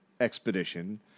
expedition